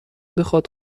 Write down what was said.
بخاد